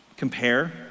Compare